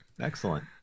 Excellent